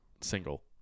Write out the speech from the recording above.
single